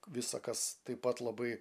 visa kas taip pat labai